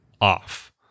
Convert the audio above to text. off